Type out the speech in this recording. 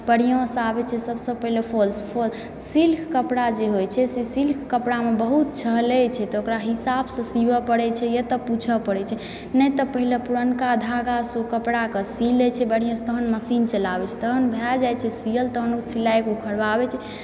बढ़िआँसँ आबैत छै सबसँ पहिले फॉल्स फॉल्स सिल्क कपड़ा जे होइ छै से सिल्क कपड़ामे बहुत छहलै छै त ओकरा हिसाबसँ सीबए परै छै या त पूछए परै छै नहि त पहिले पुरनका धागासँ ओ कपड़ाके सी लैत छै बढ़िआँसँ तहन मशीन चलाबैत छै तहन भए जाइ छै सियल तहन ओ सिलाइ ऊघरबाबैत छै